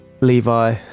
Levi